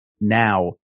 now